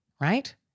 Right